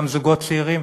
גם זוגות צעירים,